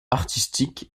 artistique